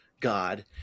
God